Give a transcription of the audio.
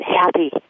Happy